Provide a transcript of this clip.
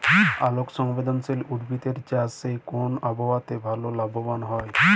আলোক সংবেদশীল উদ্ভিদ এর চাষ কোন আবহাওয়াতে ভাল লাভবান হয়?